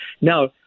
Now